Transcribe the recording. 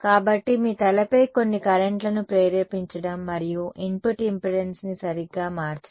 కాబట్టి మీ తలపై కొన్ని కరెంట్లను ప్రేరేపించడం మరియు ఇన్పుట్ ఇంపెడెన్స్ని సరిగ్గా మార్చడం